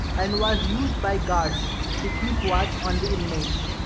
and was used by guards to keep watch on the inmates.